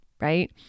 right